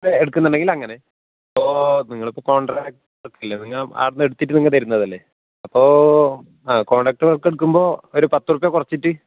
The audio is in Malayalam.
എടുക്കുന്നുണ്ടെങ്കിൽ അങ്ങനെ അപ്പോൾ നിങ്ങളിപ്പം കോൺട്രാക്ട അല്ലേ നിങ്ങൾ അവിടെ നിന്നു എടുത്തിട്ട് നിങ്ങൾ വരുന്നതല്ലേ അപ്പോൾ ആ കോൺട്രാക്ടർ വർക്ക് എടുക്കുമ്പോൾ ഒരു പത്തുറുപ്യ കുറച്ചിട്ട്